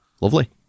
Lovely